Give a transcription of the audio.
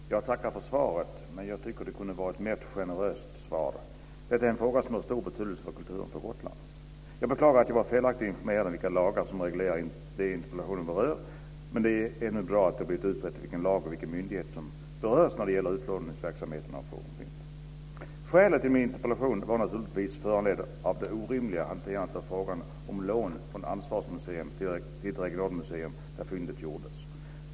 Fru talman! Jag tackar för svaret, men jag tycker att det kunde ha varit ett mer generöst svar. Detta är en fråga som har stor betydelse för kulturen på Gotland. Jag beklagar att jag var felaktigt informerad om vilka lagar som reglerar det som interpellationen berör. Men det är bra att det nu blivit utrett vilken lag och vilken myndighet som berörs när det gäller utlåning av fornfynd. Skälet till min interpellation var naturligtvis det orimliga hanterandet av frågan om lån från ansvarsmuseet till det regionalmuseum där fyndet gjorts.